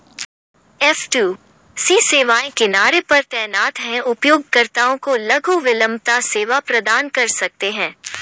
F two C सेवाएं किनारे पर तैनात हैं, उपयोगकर्ताओं को लघु विलंबता सेवा प्रदान कर सकते हैं